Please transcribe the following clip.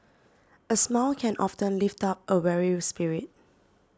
a smile can often lift up a weary spirit